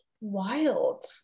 wild